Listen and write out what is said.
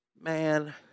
Man